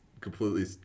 completely